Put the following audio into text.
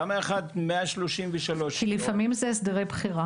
למה אחד 133 יום?